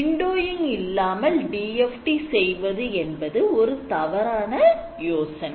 Windowing இல்லாமல் DFT செய்வது என்பது ஓர் தவறான யோசனை